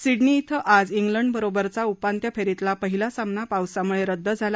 Sydney इथं आज इंग्लंडबरोबरचा उपांत्य फेरीतला पहिला सामना पावसाम्ळे रद्द झाला